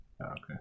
Okay